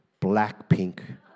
Blackpink